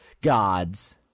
gods